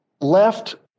left